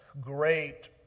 great